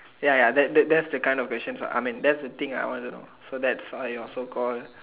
ya ya that that's the kind of questions I mean that's the thing I want to so that's uh your so call